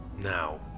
Now